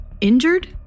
injured